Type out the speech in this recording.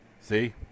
See